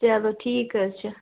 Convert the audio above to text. چلو ٹھیٖک حظ چھُ